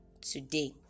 today